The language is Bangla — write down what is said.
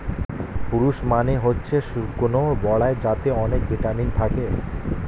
প্রুনস মানে হচ্ছে শুকনো বরাই যাতে অনেক ভিটামিন থাকে